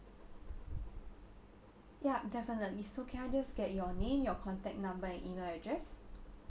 ya definitely so can I just get your name your contact number and email address